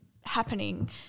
happening